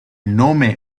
nome